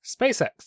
SpaceX